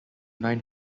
nine